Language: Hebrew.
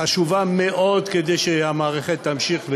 היא חשובה מאוד כדי שהמערכת תמשיך ותשתפר,